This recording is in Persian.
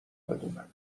بدونم